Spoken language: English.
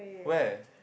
where